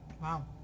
Wow